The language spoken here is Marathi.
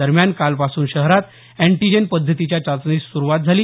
दरम्यान कालपासून शहरात अँटीजेन पद्धतीच्या चाचणीस सुरूवात झाली